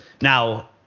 now